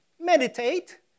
meditate